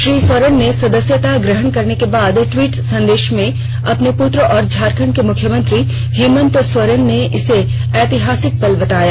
श्री सोरेन के सदस्यता ग्रहण करने के बाद ट्वीट संदेश में उनके पुत्र और झारखंड के मुख्यमंत्री हेमंत सोरेन ने इसे ऐतिहासिक पल बताया